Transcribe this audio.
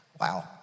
Wow